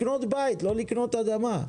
לקנות בית, לא לקנות אדמה,